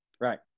Right